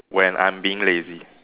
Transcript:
when I'm being lazy